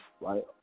right